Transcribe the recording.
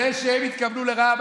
זה שהם התכוונו לרעה,